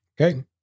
Okay